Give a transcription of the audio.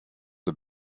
the